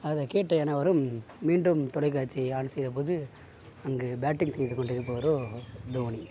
அதை கேட்ட அனைவரும் மீண்டும் தொலைக்காட்சியை ஆன் செய்த போது அங்கே பேட்டிங் செய்து கொண்டு இருப்பவரோ தோனி